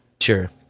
Sure